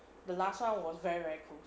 the last [one] was very very close